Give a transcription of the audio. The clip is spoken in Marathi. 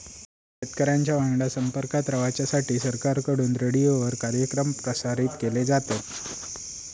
शेतकऱ्यांच्या वांगडा संपर्कात रवाच्यासाठी सरकारकडून रेडीओवर कार्यक्रम प्रसारित केले जातत